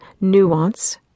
nuance